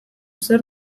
zer